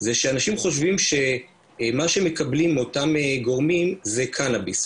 זה שאנשים חושבים שמה שהם מקבלים מאותם גורמים זה קנביס,